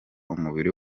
umubiri